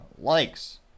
likes